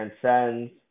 transcends